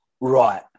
right